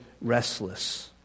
restless